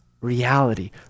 reality